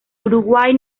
uruguay